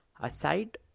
Aside